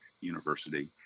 University